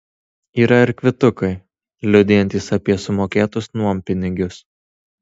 yra ir kvitukai liudijantys apie sumokėtus nuompinigius